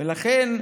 לכן,